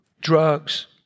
Drugs